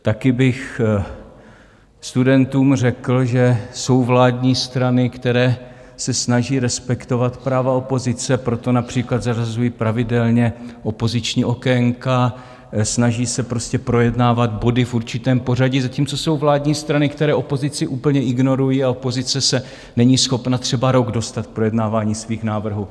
Taky bych studentům řekl, že jsou vládní strany, které se snaží respektovat práva opozice, proto například zařazují pravidelně opoziční okénka, snaží se prostě projednávat body v určitém pořadí, zatímco jsou vládní strany, které opozici úplně ignorují a opozice se není schopna třeba rok dostat k projednávání svých návrhů.